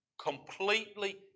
Completely